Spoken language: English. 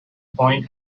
point